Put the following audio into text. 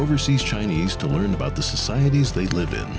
overseas chinese to learn about the societies they live in